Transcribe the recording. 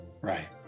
Right